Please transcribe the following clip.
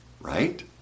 right